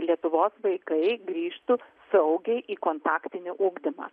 lietuvos vaikai grįžtų saugiai į kontaktinį ugdymą